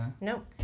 Nope